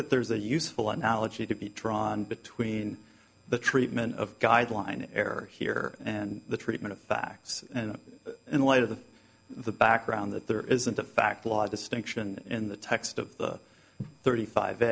that there's a useful analogy to be drawn between the treatment of guideline error here and the treatment of facts in light of the background that there isn't a fact law distinction in the text of the thirty five